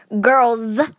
girls